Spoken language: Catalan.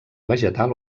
vegetal